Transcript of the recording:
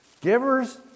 Givers